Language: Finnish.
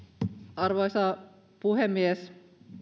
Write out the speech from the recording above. arvoisa puhemies